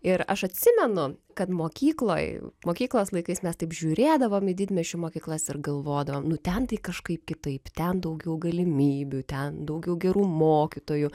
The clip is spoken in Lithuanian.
ir aš atsimenu kad mokykloj mokyklos laikais mes taip žiūrėdavom į didmiesčių mokyklas ir galvodavom nu ten tai kažkaip kitaip ten daugiau galimybių ten daugiau gerų mokytojų